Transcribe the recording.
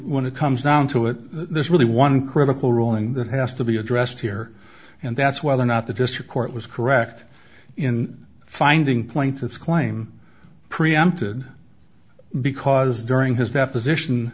when it comes down to it there's really one critical ruling that has to be addressed here and that's whether or not the district court was correct in finding plaintiff's claim preempted because during his deposition